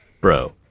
bro